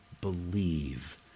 believe